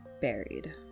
buried